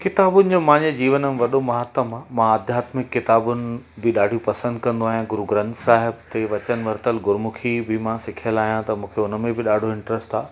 किताबुनि जो मुंहिंजे जीवन में वॾो महात्तम आहे मां आध्यात्मिक किताबुनि बि ॾाढियूं पसंदि कंदो आहियां गुरु ग्रंथ साहिब ते वचन वरितलु गुरमुखी बि मां सिखियल आहियां त मूंखे उन में बि ॾाढो इंटरेस्ट आहे